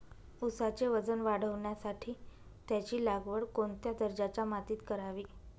ऊसाचे वजन वाढवण्यासाठी त्याची लागवड कोणत्या दर्जाच्या मातीत करावी?